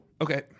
Okay